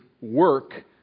work